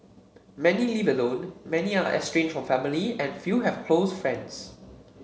many live alone many are estranged from family and few have close friends